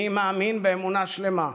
אני מאמין באמונה שלמה,